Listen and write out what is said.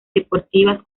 deportivas